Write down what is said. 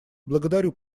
благодарю